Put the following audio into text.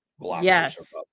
Yes